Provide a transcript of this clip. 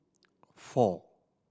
four